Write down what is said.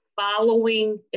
following